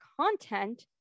content